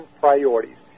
priorities